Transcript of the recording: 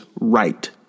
right